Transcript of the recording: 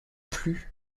plus